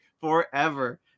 forever